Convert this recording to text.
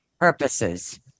purposes